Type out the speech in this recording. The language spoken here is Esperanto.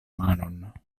manon